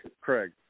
Craig